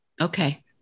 Okay